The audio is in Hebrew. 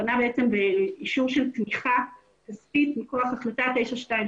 פנה באישור של תמיכה כספית מכוח החלטה 922,